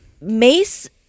mace